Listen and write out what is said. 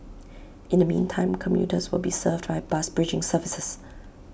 in the meantime commuters will be served by bus bridging services